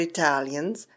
Italians